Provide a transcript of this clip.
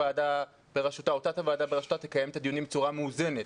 הוועדה בראשותה תקיים את הדיונים בצורה מאוזנת.